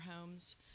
homes